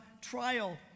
trial